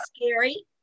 scary